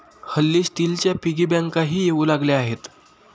हल्ली स्टीलच्या पिगी बँकाही येऊ लागल्या आहेत